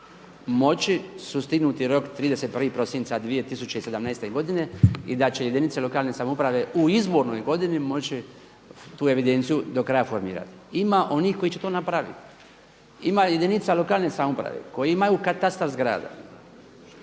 moći sustignuti rok 31. prosinca 2017. godine i da će jedinice lokalne samouprave u izbornoj godini moći tu evidenciju do kraja formirati. Ima onih koji će to napraviti, ima jedinica lokalne samouprave koji imaju katastar zgrada